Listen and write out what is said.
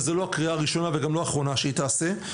וזו לא הקריאה הראשונה וגם לא האחרונה שהיא תעשה,